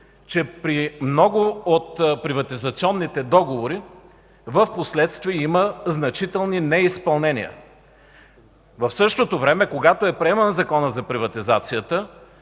че при много от приватизационните договори впоследствие има значителни неизпълнения. В същото време, когато е приеман Законът за приватизацията,